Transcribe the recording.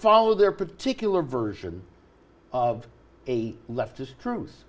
follow their particular version of a leftist truth